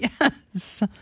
Yes